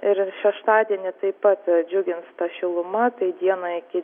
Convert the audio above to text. ir šeštadienį taip pat džiugins ta šiluma tai dieną iki